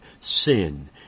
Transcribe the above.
sin